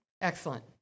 Excellent